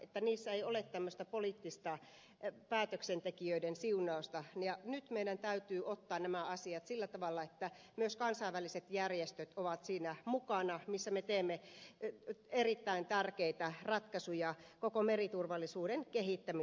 että niissä ei ole tämmöistä poliittista päätöksentekijöiden siunausta ja nyt meidän täytyy ottaa nämä asiat sillä tavalla että myös kansainväliset järjestöt ovat siinä mukana missä me teemme erittäin tärkeitä ratkaisuja koko meriturvallisuuden kehittämiseksi